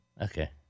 Okay